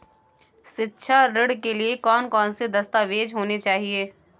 शिक्षा ऋण के लिए कौन कौन से दस्तावेज होने चाहिए?